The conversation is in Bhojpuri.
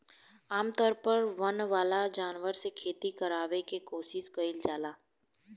आमतौर पर वन वाला जानवर से खेती करावे के कोशिस कईल जाला